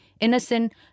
innocent